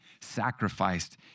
sacrificed